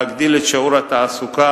להגדיל את שיעור התעסוקה,